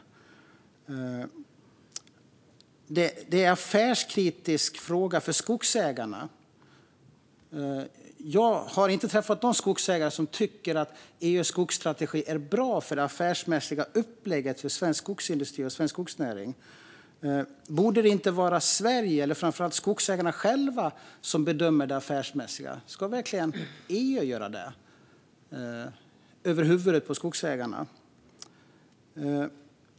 Detta är en affärskritisk fråga för skogsägarna, säger Maria Gardfjell. Jag har inte träffat någon skogsägare som tycker att EU:s skogsstrategi är bra för det affärsmässiga upplägget för svensk skogsindustri och svensk skogsnäring. Borde det inte vara Sverige och framför allt skogsägarna själva som bedömer det affärsmässiga? Ska verkligen EU göra det, över huvudet på skogsägarna?